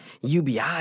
UBI